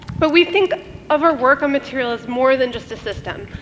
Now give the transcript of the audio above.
but we think of our work on material as more than just a system.